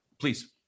please